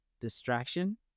distraction